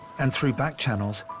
and through back-channels,